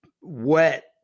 wet